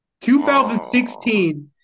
2016